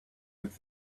with